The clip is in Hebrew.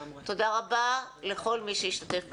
תודה רבה לכל מי שהשתתף בדיון.